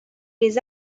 les